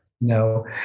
No